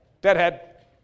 Deadhead